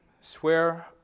Swear